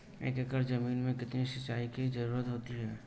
एक एकड़ ज़मीन में कितनी सिंचाई की ज़रुरत होती है?